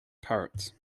parrots